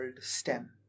stem